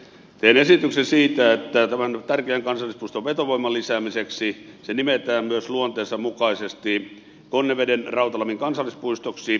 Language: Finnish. teen esityksen siitä että tämän tärkeän kansallispuiston vetovoiman lisäämiseksi se nimetään myös luonteensa mukaisesti konnevedenrautalammin kansallispuistoksi jättämämme esityksen mukaisesti